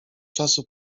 czasu